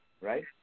right